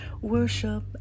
worship